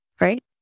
Right